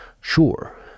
sure